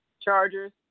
Chargers